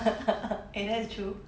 eh that's true